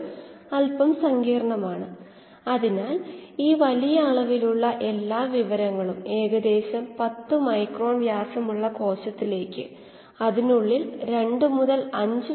ഒരു നിശ്ചിത റിയാക്ടറിന് ഫ്ലോ റേറ്റ് മാറ്റിക്കൊണ്ട് മാറ്റാം വ്യാപ്തം ഇവിടെ സ്ഥിരമായ ഒന്നാണ്